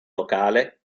locale